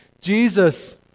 Jesus